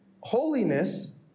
holiness